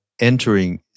entering